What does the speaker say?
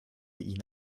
ihn